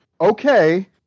okay